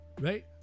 right